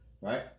right